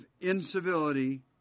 incivility